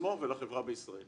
לעצמו ולחברה בישראל.